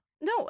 No